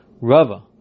Rava